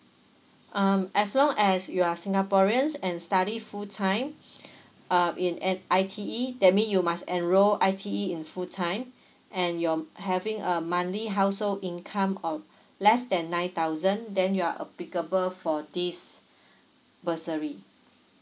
um as long as you are singaporeans and study full time um in an I_T_E that mean you must enroll I_T_E in full time and you're having a monthly household income of less than nine thousand then you're applicable for this bursary